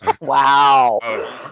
Wow